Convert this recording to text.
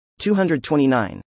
229